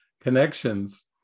connections